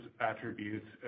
attributes